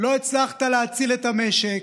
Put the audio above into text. לא הצלחת להציל את המשק,